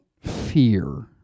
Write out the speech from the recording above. fear